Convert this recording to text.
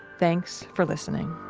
thanks for listening